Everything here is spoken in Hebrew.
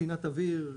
ספינת אוויר,